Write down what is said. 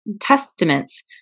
testaments